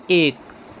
ایک